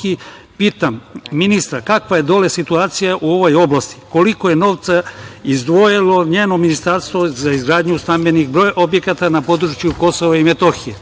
KiM pitam ministra kakva je dole situacija u ovoj oblasti, koliko je novca izdvojilo njeno ministarstvo za izgradnju stambenih objekata na području KiM? Ovde